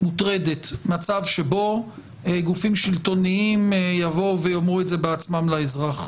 מוטרדת מצב שבו גופים שלטוניים יאמרו את זה בעצמם לאזרח.